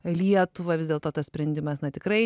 lietuvą vis dėlto tas sprendimas na tikrai